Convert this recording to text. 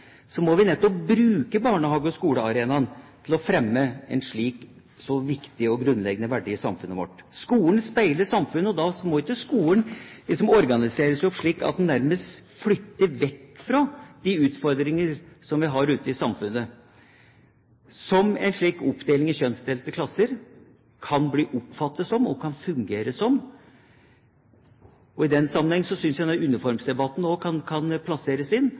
så viktig og grunnleggende verdi i samfunnet vårt. Skolen speiler samfunnet, og da må ikke skolen organisere seg slik at den nærmest flykter bort fra de utfordringer som vi har ute i samfunnet, som en slik oppdeling i kjønnsdelte klasser kan bli oppfattet som, og kan fungere som. I den sammenheng synes jeg uniformsdebatten også kan plasseres inn.